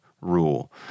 rule